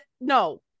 no